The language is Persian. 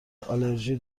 آلرژی